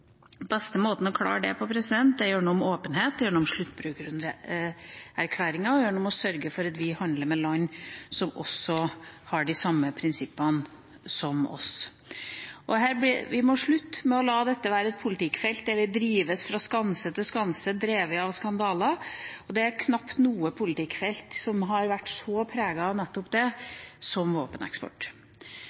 beste måten å klare det på er gjennom åpenhet, gjennom sluttbrukererklæringa og gjennom å sørge for at vi handler med land som har de samme prinsippene som oss. Vi må slutte med å la dette være et politikkfelt der vi drives fra skanse til skanse, drevet av skandaler. Det er knapt noe politikkfelt som har vært så preget av nettopp det som våpeneksport.